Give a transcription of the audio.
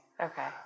Okay